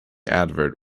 advert